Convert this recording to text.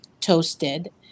toasted